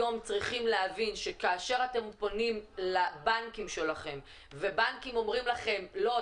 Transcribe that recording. היום צריכים להבין שכאשר אתם פונים לבנקים שלכם ובנקים אומרים לכם 'לא,